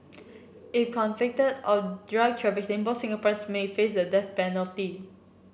if convicted of drug trafficking both Singaporeans may face the death penalty